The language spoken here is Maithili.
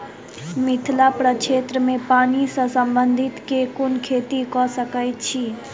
मिथिला प्रक्षेत्र मे पानि सऽ संबंधित केँ कुन खेती कऽ सकै छी?